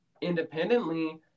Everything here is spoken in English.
independently